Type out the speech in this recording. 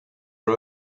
are